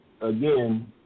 again